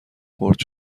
خرد